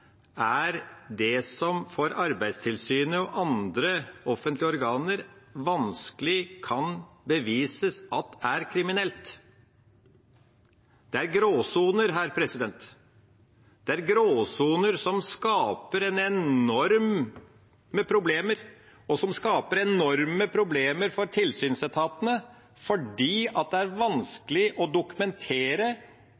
er det som for Arbeidstilsynet og andre offentlige organer vanskelig kan bevises er kriminelt. Det er gråsoner her – det er gråsoner som skaper enorme problemer, også for tilsynsetatene, fordi det er vanskelig å dokumentere, også gjennom å henvise til lov og forskrift, at dette er